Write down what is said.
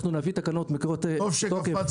אנחנו נביא תקנות מקיפות תוקף -- טוב שקפצת,